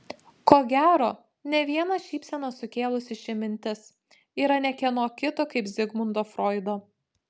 ko gero ne vieną šypseną sukėlusi ši mintis yra ne kieno kito kaip zigmundo froido